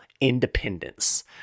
independence